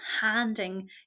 handing